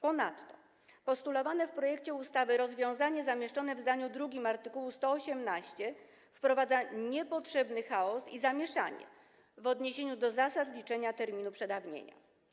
Ponadto postulowane w projekcie ustawy rozwiązanie zamieszczone w zdaniu drugim w art. 118 wprowadza niepotrzebny chaos i zamieszanie w odniesieniu do zasad liczenia terminu przedawnienia.